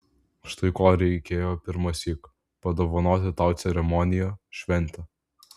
štai ko reikėjo pirmąsyk padovanoti tau ceremoniją šventę